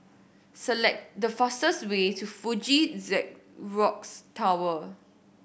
select the fastest way to Fuji Xerox Tower